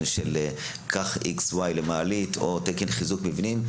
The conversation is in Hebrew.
כזה וזה למעלית או תקן לחיזוק מבנים.